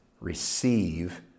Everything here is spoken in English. Receive